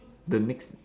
the next